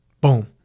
Boom